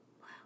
Wow